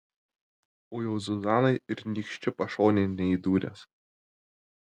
o jau zuzanai ir nykščiu pašonėn neįdūręs